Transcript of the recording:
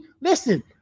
Listen